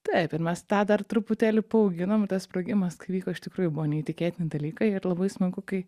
taip ir mes tą dar truputėlį paauginom ir tas sprogimas kai vyko iš tikrųjų buvo neįtikėtini dalykai ir labai smagu kai